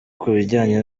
kubijyanye